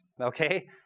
okay